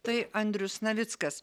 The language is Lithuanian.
tai andrius navickas